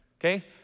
Okay